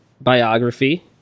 biography